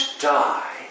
die